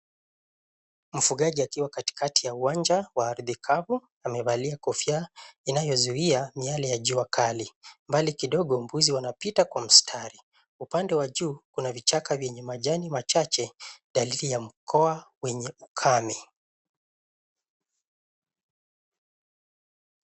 Mfugaji akiwa katikati ya uwanja wa ardhi kavu, amevalia kofia inayozuia miale ya jua kali. Mbali kidogo, mbuzi wanapita kwa mstari. Upande wa juu, kuna vichaka vyenye majani machache, dalili ya mkoa wenye ukame.